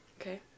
Okay